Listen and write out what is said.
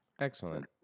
Excellent